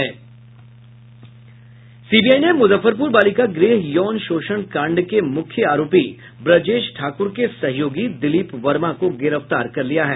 CBI ने मुजफ्फरपूर बालिका गृह यौन शोषण कांड के मुख्य आरोपी ब्रजेश ठाक्र के सहयोगी दिलीप वर्मा को गिरफ्तार कर लिया है